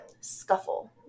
scuffle